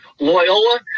Loyola